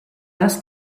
das